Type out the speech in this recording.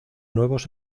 nuevos